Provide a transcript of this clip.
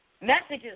Messages